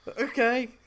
Okay